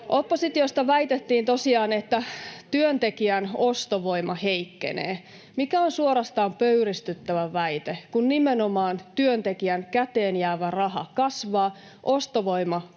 Oppositiosta väitettiin tosiaan, että työntekijän ostovoima heikkenee, mikä on suorastaan pöyristyttävä väite, kun nimenomaan työntekijän käteenjäävä raha kasvaa, ostovoima paranee.